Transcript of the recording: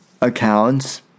accounts